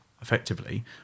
effectively